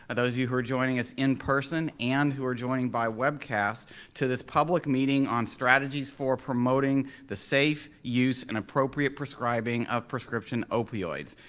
ah those of you who are joining us in person and who are joining by webcast to this public meeting on strategies for promoting the safe use and appropriate prescribing of prescription opioids.